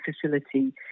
facility